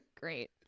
Great